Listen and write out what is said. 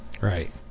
Right